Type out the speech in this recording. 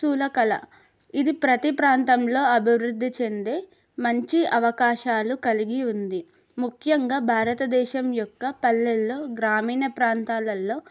స్థూలకళ ఇది ప్రతి ప్రాంతంలో అభివృద్ధి చెందే మంచి అవకాశాలు కలిగి ఉంది ముఖ్యంగా భారతదేశం యొక్క పల్లెలలో గ్రామీణ ప్రాంతాలల్లో